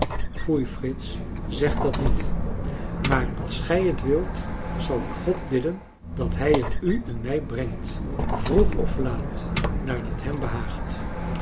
foei frits zeg dat niet maar als gij het wilt zal ik god bidden dat hij er u en mij brengt vroeg of laat naar dat hem behaagt